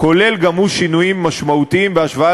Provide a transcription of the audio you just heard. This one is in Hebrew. כולל גם הוא שינויים משמעותיים בהשוואה